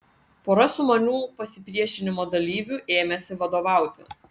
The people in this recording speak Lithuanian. pora sumanių pasipriešinimo dalyvių ėmėsi vadovauti